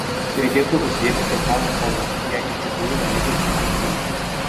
reikėtų užsidėti specialų šalmą jei iš tikrųjų norėčiau čionai įeiti